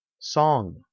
Song